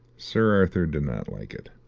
sir arthur did not like it.